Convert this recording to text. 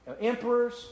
emperors